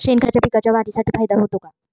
शेणखताचा पिकांच्या वाढीसाठी फायदा होतो का?